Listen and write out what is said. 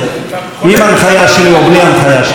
עם הנחיה שלי או בלי הנחיה שלי.